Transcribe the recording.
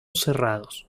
cerrados